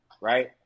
right